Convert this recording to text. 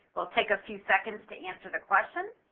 weill take a few seconds to answer the question.